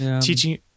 teaching